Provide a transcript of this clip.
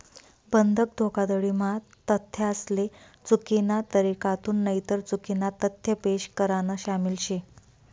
बंधक धोखाधडी म्हा तथ्यासले चुकीना तरीकाथून नईतर चुकीना तथ्य पेश करान शामिल शे